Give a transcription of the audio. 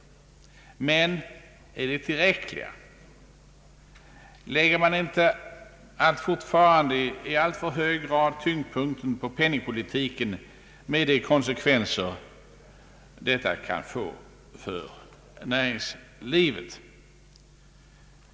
Men är de tillräckliga? Lägger man inte allt fortfarande i alltför hög grad tyngdpunkten på = penningpolitiken, med de konsekvenser detta får för näringslivet?